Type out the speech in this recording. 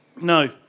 No